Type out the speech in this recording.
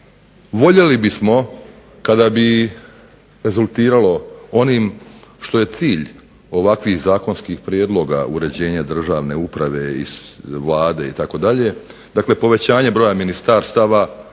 Voljeli bismo kada bi rezultiralo onim što je cilj ovakvih zakonskih prijedloga, uređenje državne uprave, Vlade itd. Dakle povećanje broja ministarstava